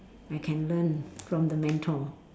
I can learn from the mentor